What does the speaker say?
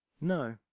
No